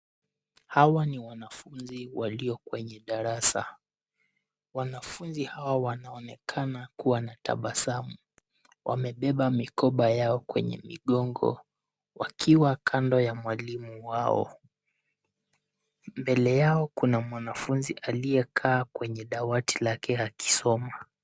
Hawa ni wanafunzi walio kwenye darasa. Wanafunzi hawa wanaonekana kuwa na tabasamu, wamebeba mikoba yao kwenye migongo wakiwa kando ya mwalimu wao. Mbele yao kuna mwanafunzi aliyekaa kwenye dawati lake akisoma.